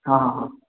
हां हां हां